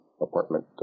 apartment